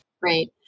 Right